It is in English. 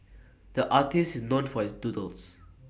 the artist is known for his doodles